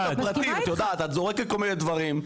את יודעת, את זורקת כל מיני דברים.